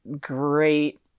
great